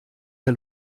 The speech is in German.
der